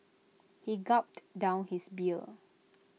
he gulped down his beer